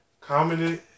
Commented